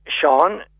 Sean